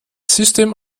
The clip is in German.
system